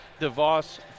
DeVos